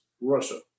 Russia